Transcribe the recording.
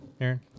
Aaron